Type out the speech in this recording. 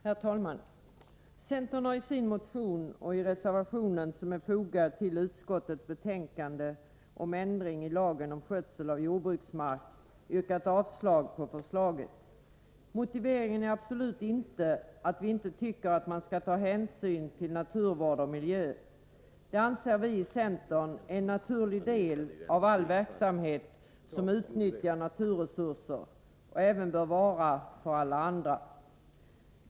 Herr talman! Centern har i sin motion och i den reservation som är fogad till utskottets betänkande om ändring i lagen om skötsel av jordbruksmark yrkat avslag på förslaget. Motiveringen är absolut inte att vi inte tycker att man skall ta hänsyn till naturvård och miljö. Detta anser vi i centern är en naturlig del av all verksamhet som utnyttjar naturresurser, och det bör det vara även för alla andra.